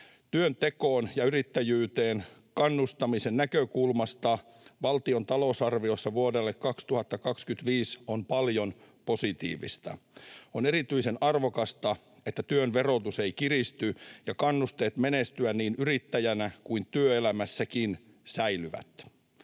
Työntekoon ja yrittäjyyteen kannustamisen näkökulmasta valtion talousarviossa vuodelle 2025 on paljon positiivista. On erityisen arvokasta, että työn verotus ei kiristy ja kannusteet menestyä niin yrittäjänä kuin työelämässäkin säilyvät.